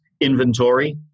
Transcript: inventory